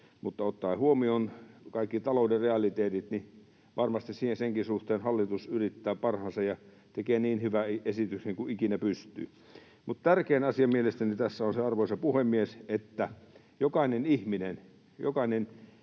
mutta ottaen huomioon kaikki talouden realiteetit varmasti senkin suhteen hallitus yrittää parhaansa ja tekee niin hyvän esityksen kuin ikinä pystyy. Mutta tärkein asia mielestäni tässä on se, arvoisa puhemies, että jokainen ihminen, jokainen